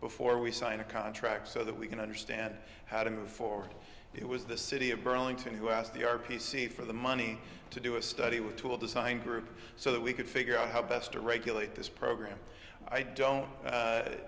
before we sign a contract so that we can understand how to move forward it was the city of burlington who asked the r p c for the money to do a study with a tool designed group so that we could figure out how best to regulate this program i don't